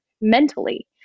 mentally